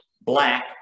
black